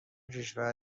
کشور